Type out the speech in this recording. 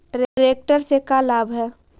Tractor से का लाभ है?